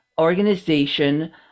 organization